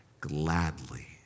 gladly